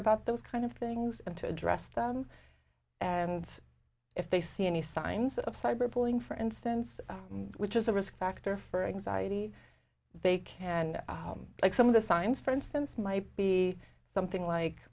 about those kind of things and to address them and if they see any signs of cyberbullying for instance which is a risk factor for anxiety they can and some of the signs for instance might be something like